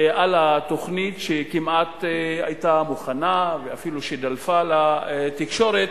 על התוכנית שכמעט היתה מוכנה ואפילו דלפה לתקשורת.